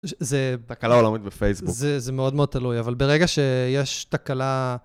זה תקלה עולמית בפייסבוק. זה מאוד מאוד תלוי, אבל ברגע שיש תקלה...